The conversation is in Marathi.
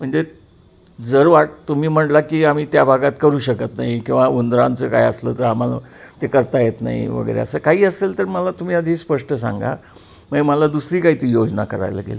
म्हणजे जर वाट तुम्ही म्हणला की आम्ही त्या भागात करू शकत नाही किंवा उंदरांचं काय असलं तर आम्हाला ते करता येत नाही वगैरे असं काही असेल तर मला तुम्ही आधी स्पष्ट सांगा मग मला दुसरी काही ती योजना करायला लागेल